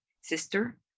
sister